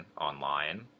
online